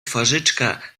twarzyczka